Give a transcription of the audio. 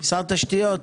שר התשתיות,